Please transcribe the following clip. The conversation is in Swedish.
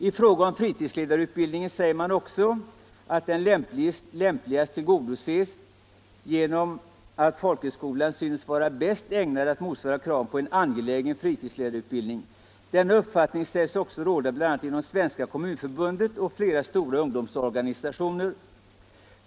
I fråga om fritidsledarutbildningen säger man också att den lämpligast tillgodoses genom att folkhögskolan syns vara bäst ägnad att motsvara kraven på en angelägen fritidsledarutbildning. Denna uppfattning sägs också råda bl.a. inom Svenska kommunförbundet och flera stora ungdomsorganisationer.